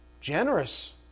generous